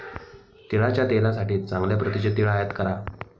तिळाच्या तेलासाठी चांगल्या प्रतीचे तीळ आयात करा